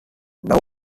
now